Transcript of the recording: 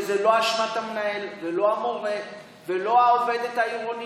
וזו לא אשמת המנהל ולא המורה ולא העובדת העירונית,